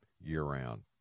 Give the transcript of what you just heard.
year-round